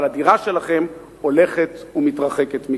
אבל הדירה שלכם הולכת ומתרחקת מכם.